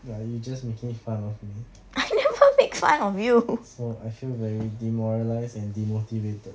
ya you just making fun of me so I feel very demoralised and demotivated